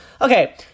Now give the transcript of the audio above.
Okay